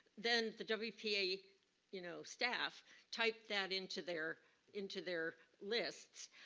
then the ah wpa, you know staff typed that into their into their lists.